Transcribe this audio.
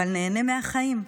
אבל נהנה מהחיים.